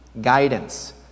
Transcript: guidance